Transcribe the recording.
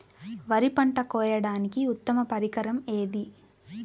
వరి పంట కోయడానికి ఉత్తమ పరికరం ఏది?